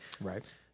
Right